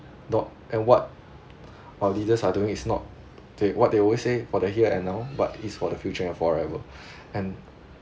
not and what our leaders are doing is not they what they always say for the here and now but is for the future and forever and